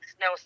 no